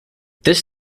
this